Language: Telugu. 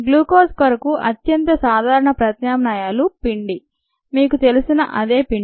గ్లూకోజ్ కొరకు అత్యంత సాధారణ ప్రత్యామ్నాయాలు పిండి మీకు తెలిసిన అదే పిండి